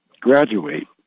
graduate